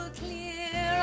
clear